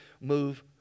move